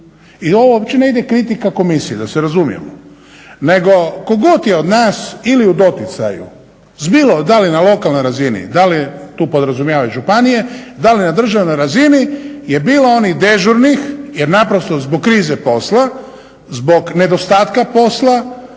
I ovo uopće ne ide kritika komisiji, da se razumijemo, nego tko god je od nas ili u doticaju s bilo, da li na lokalnoj razini, da li, tu podrazumijevam i županije, da li na državnoj razini je bilo onih dežurnih jer naprosto zbog krize posla, zbog nedostatka posla